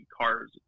cars